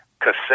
cassette